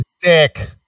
dick